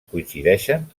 coincideixen